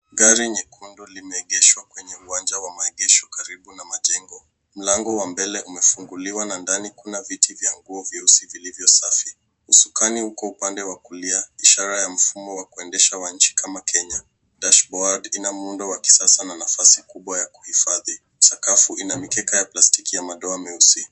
Gari nyekundu limeegeshwa kwenye uwanja wa maegesho karibu na majengo. Mlango wa mbele umefunguliwa na ndani kuna viti vya nguo vyeusi vilivyo safi. Usukani uko upande wa kulia, ishara ya mfumo wa kuendesha kwa nchi kama Kenya. Dashboard ina muundo wa kisasa na nafasi kubwa ya kuhifadhi. Sakafu ina mikeka ya plastiki ya madoa meusi.